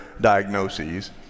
diagnoses